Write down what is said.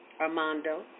Armando